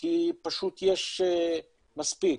כי פשוט יש מספיק.